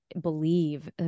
believe